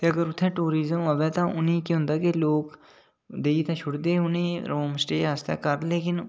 अगर उत्थै टूरिजम आवै ते उ'नेंगी केह् होंदा के लोक देई ते छोड़दे होम स्टे आस्तै घर